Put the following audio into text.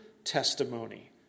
Testimony